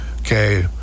okay